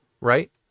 Right